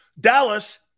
Dallas